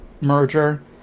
merger